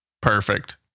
perfect